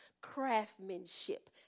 Craftsmanship